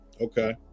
Okay